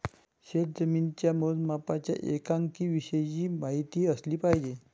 शेतजमिनीच्या मोजमापाच्या एककांविषयी माहिती असली पाहिजे